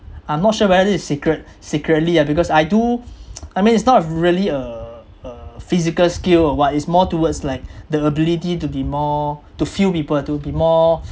I'm not sure whether this is secret secretly ah because I do I mean it's not really a a physical skill or what it's more towards like the ability to be more to feel people to be more